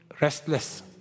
restless